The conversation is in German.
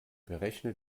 berechne